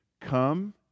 come